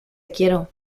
quiero